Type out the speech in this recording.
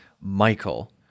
michael